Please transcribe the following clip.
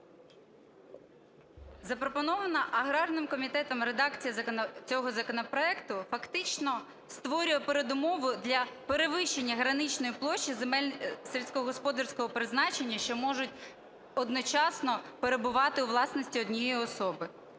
Запропонована аграрним комітетом редакція цього законопроекту фактично створює передумови для перевищення граничної площі земель сільськогосподарського призначення, що можуть одночасно перебувати у власності однієї особи.